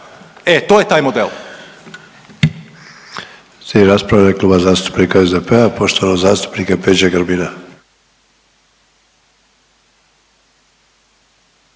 e to je taj model.